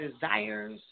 desires